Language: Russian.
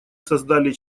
создали